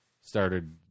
started